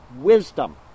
wisdom